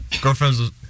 girlfriends